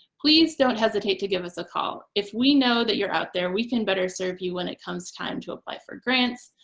please don't hesitate to give us a call. if we know that you're out there, we can better serve you when it comes time to apply for grants,